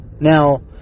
Now